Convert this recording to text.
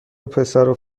وپسرو